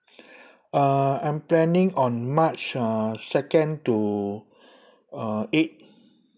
uh I'm planning on march uh second to uh eight